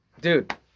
dude